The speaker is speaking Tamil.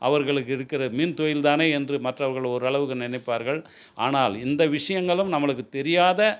அவர்களுக்கு இருக்கிற மீன் தொழில் தானே என்று மற்றவர்கள் ஓரளவுக்கு நினைப்பார்கள் ஆனால் இந்த விஷயங்களும் நம்மளுக்கு தெரியாத